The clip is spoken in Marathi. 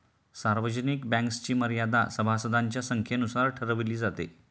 सार्वत्रिक बँक्सची मर्यादा सभासदांच्या संख्येनुसार ठरवली जाते